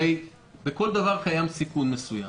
הרי בכל דבר קיים סיכון מסוים.